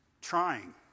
trying